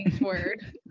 word